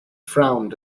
frowned